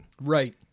Right